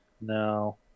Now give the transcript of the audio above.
No